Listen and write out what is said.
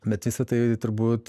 bet visa tai turbūt